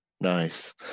Nice